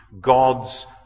God's